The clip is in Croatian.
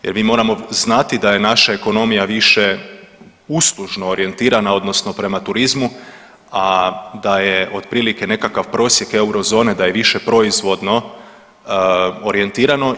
Jer mi moramo znati da je naša ekonomija više uslužno orijentirana, odnosno prema turizmu a da je otprilike nekakav prosjek eurozone, da je više proizvodno orijentirano.